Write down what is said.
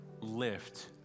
lift